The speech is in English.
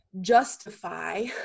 justify